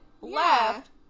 left